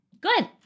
Good